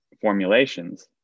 formulations